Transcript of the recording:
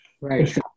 Right